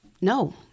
no